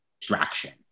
distraction